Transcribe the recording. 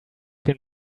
been